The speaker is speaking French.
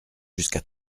jusqu’à